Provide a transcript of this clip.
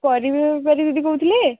ପରିବା ବେପାରୀ ଦିଦି କହୁଥିଲେ